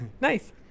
Nice